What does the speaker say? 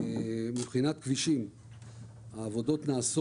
נעשות עבודות בכבישים במקביל